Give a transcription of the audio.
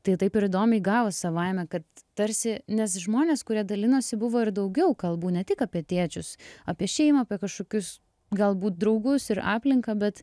tai taip ir įdomiai gavos savaime kad tarsi nes žmonės kurie dalinosi buvo ir daugiau kalbų ne tik apie tėčius apie šeimą apie kažkokius galbūt draugus ir aplinką bet